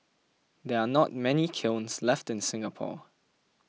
there are not many kilns left in Singapore